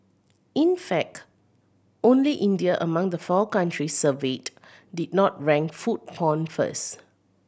in fact only India among the four countries surveyed did not rank food porn first